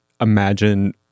imagine